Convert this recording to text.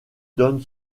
donne